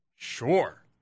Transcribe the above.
sure